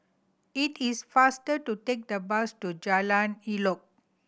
it is faster to take the bus to Jalan Elok